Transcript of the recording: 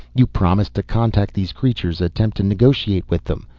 you promised to contact these creatures, attempt to negotiate with them.